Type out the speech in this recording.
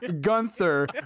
Gunther